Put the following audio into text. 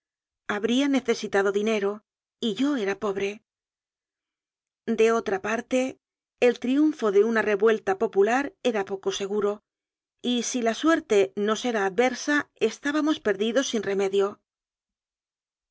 habría necesitado dinero y yo era pobre de otra parte el triunfo de una re vuelta popular era poco seguro y si la suerte nos era adversa estábamos perdidos sin remedio